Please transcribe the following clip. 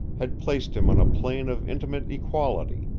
had placed him on a plane of intimate equality,